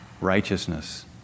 righteousness